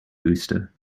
booster